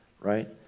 Right